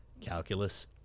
calculus